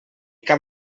cap